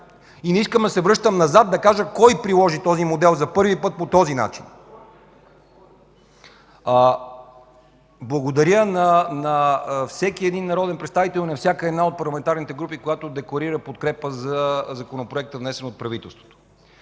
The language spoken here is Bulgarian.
Не искам да се връщам назад и да кажа кой приложи този модел за първи път по такъв начин. (Шум и реплики от КБ.) Благодаря на всеки един народен представител и на всяка една от парламентарните групи, която декларира подкрепа за Законопроекта, внесен от правителството.